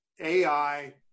AI